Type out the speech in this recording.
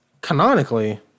canonically